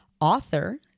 author